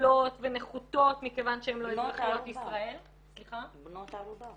מופלות ונחותות מכיוון שהן לא אזרחיות ישראל --- בנות ערובה.